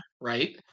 right